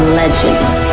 legends